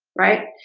right?